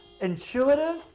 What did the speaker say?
intuitive